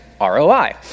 ROI